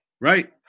Right